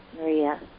Maria